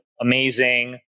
amazing